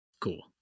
Cool